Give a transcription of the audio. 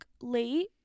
late